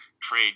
trade